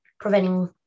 preventing